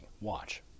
Watch